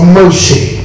mercy